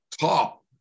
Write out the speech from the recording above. top